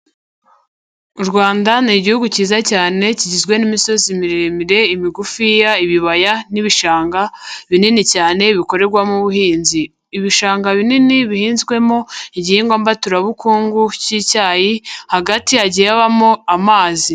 U Rwanda ni igihugu kiza cyane kigizwe n'imisozi miremire, imigufiya, ibibaya n'ibishanga binini cyane bikorerwamo ubuhinzi. Ibishanga binini, bihinzwemo igihingwa mbaturabukungu k'icyayi, hagati hagiye habamo amazi.